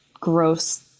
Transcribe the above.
gross